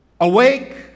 Awake